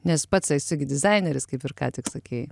nes pats esi gi dizaineris kaip ir ką tik sakei